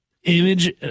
Image